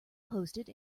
posted